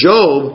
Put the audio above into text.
Job